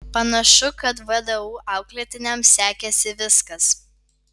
panašu kad vdu auklėtiniams sekėsi viskas